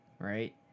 right